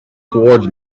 towards